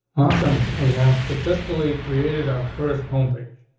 awesome. we have successfully created our first home page.